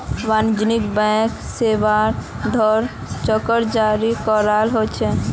वाणिज्यिक बैंक सेवार द्वारे चेको जारी कराल जा छेक